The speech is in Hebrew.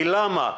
כי למה?